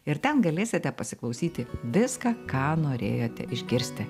ir ten galėsite pasiklausyti viską ką norėjote išgirsti